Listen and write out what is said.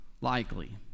likely